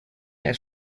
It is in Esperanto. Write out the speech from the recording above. kaj